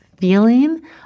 feeling